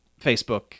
Facebook